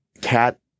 cat